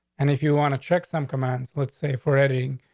and if you want to check some commands, let's say for eddie.